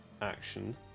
Action